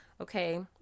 Okay